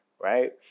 right